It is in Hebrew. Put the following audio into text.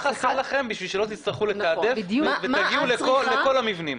מה חסר לכם שלא תצטרכו לתעדף ותגיעו לכל המבנים?